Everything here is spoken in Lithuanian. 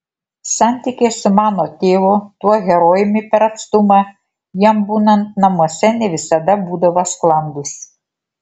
santykiai su mano tėvu tuo herojumi per atstumą jam būnant namuose ne visada būdavo sklandūs